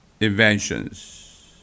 inventions